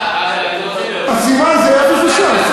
אני אומר לך, הסימן זה אפס או ש"ס?